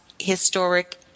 historic